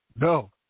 No